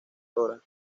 dra